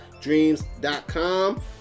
dreams.com